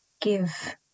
give